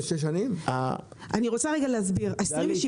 עזבי את הטיעונים, תהיי אתי פרקטית